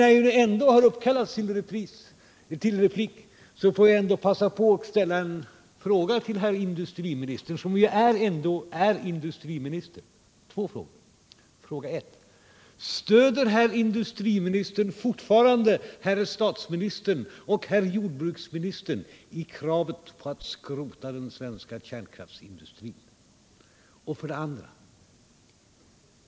När jag nu ändå har uppkallats till replik vill jag passa på att ställa två frågor till herr Åsling, som ju ändå är landets industriminister: 1. Stöder herr industriministern fortfarande herr statsministern och herr jordbruksministern i deras krav på att skrota den svenska kärnkraftsindustrin? 2.